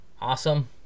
awesome